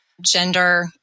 gender